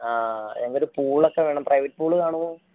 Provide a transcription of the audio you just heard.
ആ ഒരു പൂൾ ഒക്കെ വേണം പ്രൈവറ്റ് പൂൾ കാണുമോ